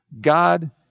God